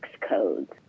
codes